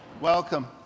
Welcome